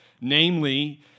Namely